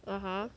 (uh huh)